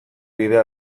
bidea